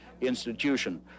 institution